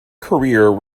career